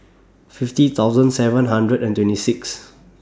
fifty thousand seven hundred and twenty six